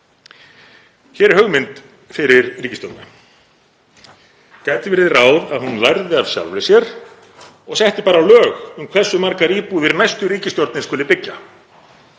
Hér er hugmynd fyrir ríkisstjórnina: Gæti verið ráð að hún lærði af sjálfri sér og setti bara lög um hversu margar íbúðir næstu ríkisstjórnir skuli byggja?